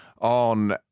on